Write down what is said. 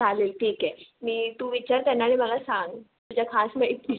चालेल ठीक आहे मी तू विचार त्यांना आणि मला सांग तुझ्या खास मैती